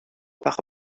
par